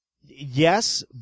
Yes